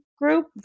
group